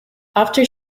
after